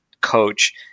coach